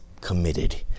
committed